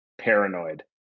paranoid